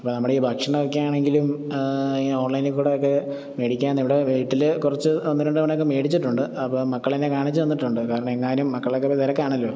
അപ്പം നമ്മുടെ ഈ ഭക്ഷണമൊക്കെ ആണെങ്കിലും ഇങ്ങനെ ഓൺലൈനിൽ കൂടെയൊക്കെ മേടിക്കാൻ ഇവിടെ വീട്ടിൽ കുറച്ച് ഒന്ന് രണ്ട് തവണയൊക്കെ മേടിച്ചിട്ടുണ്ട് അപ്പം മക്കൾ എന്നെ കാണിച്ചു തന്നിട്ടുണ്ട് കാരണം എങ്ങാനും മക്കളൊക്കെ ഇപ്പം തിരക്കാണല്ലോ